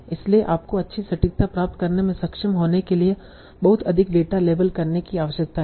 इसलिए आपको अच्छी सटीकता प्राप्त करने में सक्षम होने के लिए बहुत अधिक डेटा लेबल करने की आवश्यकता है